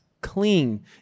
clean